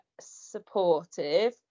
supportive